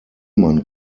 man